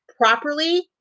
properly